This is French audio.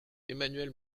emmanuel